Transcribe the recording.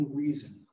reason